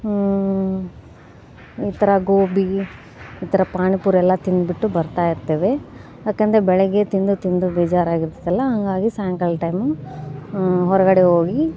ಈ ಥರ ಗೋಬಿ ಈ ಥರ ಪಾನಿಪುರಿ ಎಲ್ಲ ತಿಂದ್ಬಿಟ್ಟು ಬರ್ತಾಯಿರ್ತೇವೆ ಯಾಕೆಂದರೆ ಬೆಳಗ್ಗೆ ತಿಂದು ತಿಂದು ಬೇಜಾರು ಆಗಿರ್ತದಲ್ಲ ಹಂಗಾಗಿ ಸಾಯಂಕಾಲ್ದ ಟೈಮು ಹೊರಗಡೆ ಹೋಗಿ